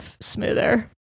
smoother